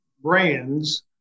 brands